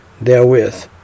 therewith